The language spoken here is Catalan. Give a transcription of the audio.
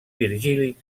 virgili